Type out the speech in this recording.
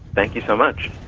thank you so much.